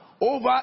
over